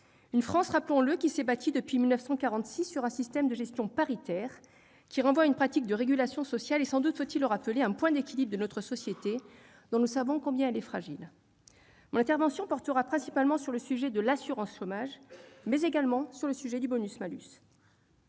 la France s'est bâtie, rappelons-le, sur un système de gestion paritaire, qui renvoie à une pratique de régulation sociale ; il s'agit, sans doute faut-il le rappeler, d'un point d'équilibre de notre société, dont nous savons combien elle est fragile. Mon intervention portera principalement sur le sujet de l'assurance chômage ainsi que sur le bonus-malus.